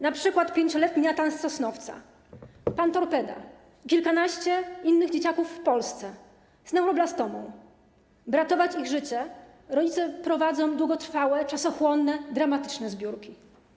Na przykład 5-letni Natan z Sosnowca, „Pan Torpeda”, kilkanaścioro innych dzieciaków w Polsce z neuroblastomą - aby ratować ich życie, rodzice prowadzą długotrwałe, czasochłonne, dramatyczne zbiórki.